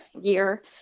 year